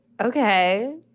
Okay